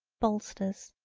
bolsters.